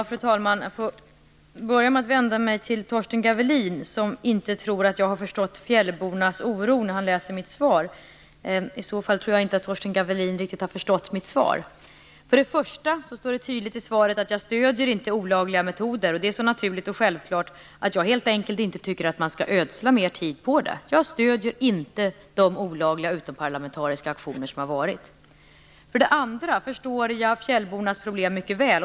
Fru talman! Jag får börja med att vända mig till Torsten Gavelin, som inte tror att jag har förstått fjällbornas oro när han läser mitt svar. I så fall har han nog inte riktigt förstått mitt svar. För det första står det tydligt i svaret att jag inte stöder olagliga metoder. Det är så naturligt och självklart att jag helt enkelt inte tycker att vi skall ödsla mer tid på detta. Jag stöder alltså inte de olagliga utomparlamentariska aktioner som har varit. För det andra förstår jag fjällbornas problem mycket väl.